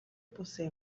posee